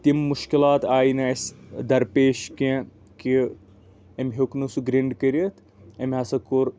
تِم مُشکِلات آیہِ نہٕ اَسہِ درپیش کیٚنٛہہ کہ أمۍ ہیوٚک نہٕ سُہ گرِنٛڈ کٔرِتھ أمۍ ہسا کوٚر